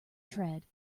tread